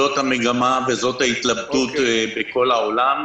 זאת המגמה וזאת ההתלבטות בכל העולם,